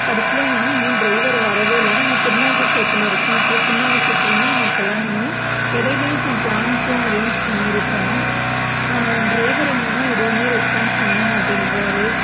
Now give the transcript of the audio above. கடைசியில் என்னனால் இன்னும் டிரைவர் வரவே இல்லை நாங்கள் திருநாகேஸ்வரத்தில் இருக்கோம் சார் திருநாகேஸ்வரத்திலிருந்து நாங்கள் கிளம்பணும் இடையிலையும் சம் பிளான்ஸெலாம் அரேஞ் பண்ணியிருக்கோம் டிரைவர் என்னனால் எதுவுமே ரெஸ்பான்ஸ் பண்ண மாட்டேன்கிறாரு